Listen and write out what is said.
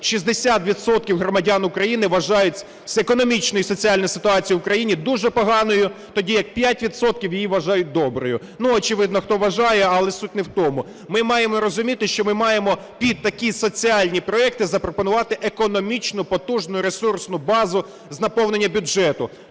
громадян України вважають економічну і соціальну ситуацію в країні дуже поганою, тоді як 5 відсотків її вважають доброю. Очевидно, хто вважає, але суть не в тому. Ми маємо розуміти, що ми маємо під такі соціальні проекти запропонувати економічну потужну ресурсну базу з наповнення бюджету.